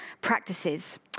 practices